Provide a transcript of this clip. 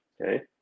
okay